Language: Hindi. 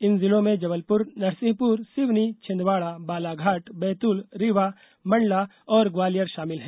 इन जिलों में जबलपुर नरसिंहपुर सिवनी छिंदवाड़ा बालाघाट बैतूल रीवा मंडला और ग्वालियर शामिल हैं